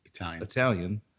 Italian